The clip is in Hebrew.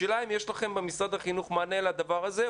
השאלה אם יש לכם במשרד החינוך מענה לדבר הזה.